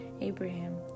Abraham